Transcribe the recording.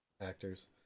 actors